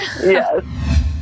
Yes